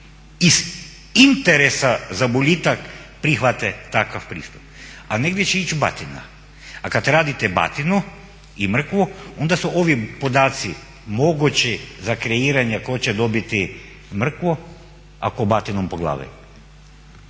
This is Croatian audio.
iz interesa za boljitak prihvate takav pristup. A negdje će ići batina. A kad radite batinu i mrkvu onda su ovi podaci mogući za kreiranje tko će dobiti mrkvu, a tko batinom po glavi.